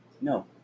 No